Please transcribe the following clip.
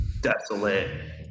desolate